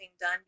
done